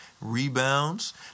rebounds